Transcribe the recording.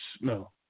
No